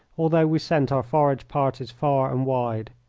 although we sent our forage parties far and wide.